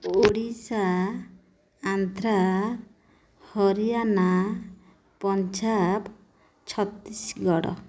Odisha Andhra Haryana Punjab Chhattisgarh